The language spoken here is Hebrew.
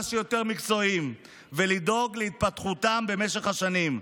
שיותר מקצועיים ולדאוג להתפתחותם במשך השנים.